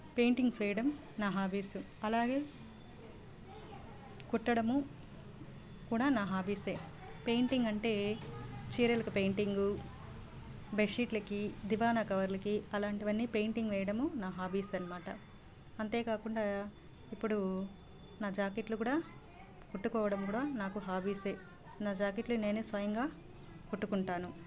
paintings చేయడం నా hobbies అలాగే కుట్టడం కూడా నా హాపీసే పెయింటింగ్ అంటే చీరలకు పెయింటింగ్ బెడ్ షీట్లకి దివాన్ కవర్లకి అలాంటివన్నీ పెయింటింగ్ వేయడం నా హాబీస్ అన్నమాట అంతే కాకుండా ఇప్పుడు నా జాకెట్లు కూడా కుట్టుకోవడం కూడా నాకు హాబీసే నా జాకెట్లు నేనే స్వయంగా కుట్టుకుంటాను